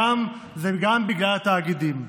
וזה גם בגלל התאגידים.